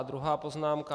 Druhá poznámka.